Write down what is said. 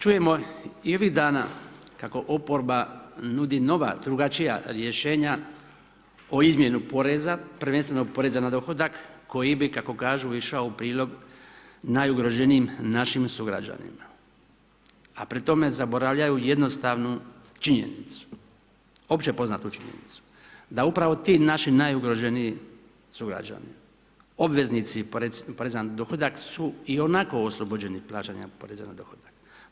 Čujemo i ovih dana kako oporba nudi nova, drugačija rješenja o izmjeni poreza, prvenstveno poreza na dohodak koji bi kako kažu išao u prilog najugroženijim našim sugrađanima a pri tome zaboravljaju jednostavnu činjenicu, opće poznatu činjenicu da upravo ti naši najugroženiji sugrađani, obveznici poreza na dohodak su i onako oslobođeni plaćanja poreza na dohodak.